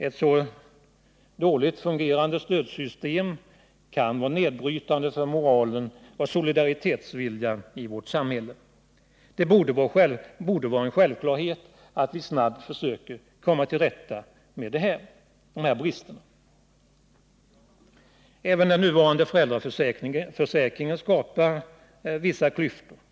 Ett så dåligt fungerande stödsystem kan vara nedbrytande för moralen och solidaritetsviljan i vårt samhälle. Det borde vara en självklarhet att vi snabbt försöker komma till rätta med dessa brister. Även den nuvarande föräldraförsäkringen skapar vissa klyftor.